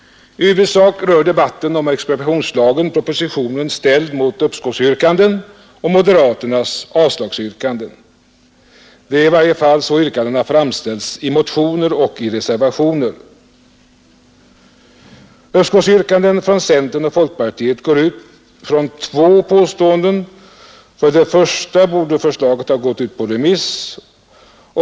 I huvudsak rör debatten om expropriationslagen propositionen ställd mot uppskovsyrkanden och moderaternas avslagsyrkande. Det är i varje fall så yrkandena framställts i motioner och reservationer. Uppskovsyrkandena från centern och folkpartiet går ut från två påståenden. För det första borde förslaget ha gått ut på remiss.